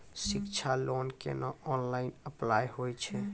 शिक्षा लोन केना online apply होय छै?